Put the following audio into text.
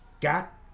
got